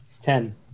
Ten